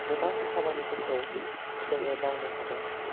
गोबां खामानिफोरखौ जोङो मावनो हादों